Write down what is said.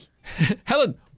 Helen